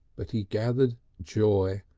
but he gathered joy,